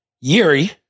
Yuri